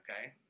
okay